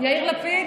יאיר לפיד